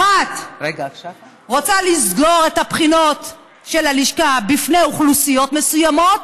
אחת רוצה לסגור את הבחינות של הלשכה בפני אוכלוסיות מסוימות,